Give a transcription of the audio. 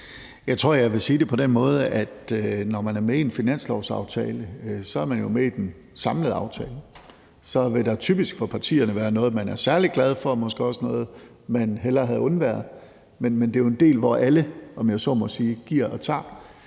Jeg tror, jeg vil sige det på den måde, at man, når man er med i en finanslovsaftale, jo så er med i den samlede aftale. Så vil der for partierne typisk være noget, man er særlig glad for, og måske også noget, man hellere havde undværet. Men det er jo en del, hvor alle – om jeg så må sige – giver og tager,